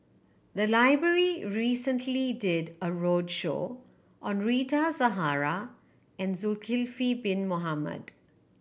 the library recently did a roadshow on Rita Zahara and Zulkifli Bin Mohamed